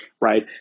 right